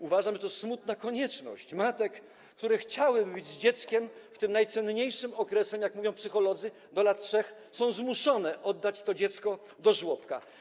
Uważam, że to smutna konieczność dla matek, które chciałyby być z dzieckiem w tym najcenniejszym okresie, jak mówią psycholodzy, do lat 3, a są zmuszone oddać to dziecko do żłobka.